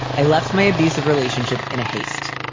i left my abusive relationship in a haste.